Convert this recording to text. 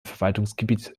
verwaltungsgebiet